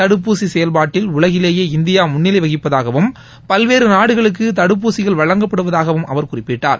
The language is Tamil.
தடுப்பூசி செயல்பாட்டில் உலகிலேயே இந்தியா முன்னிலை வகிப்பதாகவும் பல்வேறு நாடுகளுக்கு தடுப்பூசிகள் வழங்கப்படுவதாகவும் அவர் குறிப்பிட்டார்